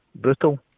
brutal